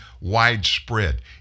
widespread